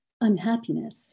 unhappiness